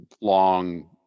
long